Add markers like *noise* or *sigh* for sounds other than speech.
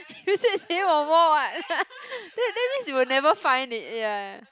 *laughs* you said same or more what that that means you will never find it ya